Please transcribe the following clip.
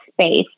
space